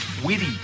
Witty